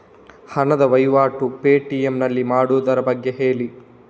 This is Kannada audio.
ಹಣದ ವಹಿವಾಟು ಪೇ.ಟಿ.ಎಂ ನಲ್ಲಿ ಮಾಡುವುದರ ಬಗ್ಗೆ ಹೇಳಿ